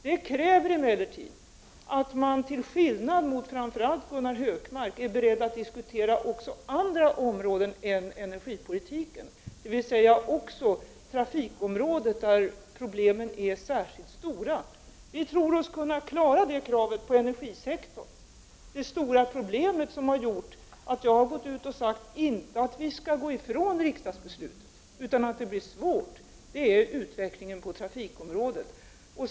Detta kräver emellertid att man, till skillnad från framför allt Gunnar Hökmark, är beredd att diskutera även andra områden än energipolitiken, dvs. trafikområdet där problemen är mycket stora. Vi tror oss kunna klara detta krav inom energisektorn. Det stora problemet som har gjort att jag har gått ut och sagt, inte att vi skall gå ifrån riksdagsbeslutet, utan att det blir svårt, är utvecklingen på trafikområdet.